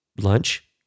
lunch